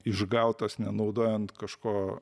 išgautas nenaudojant kažko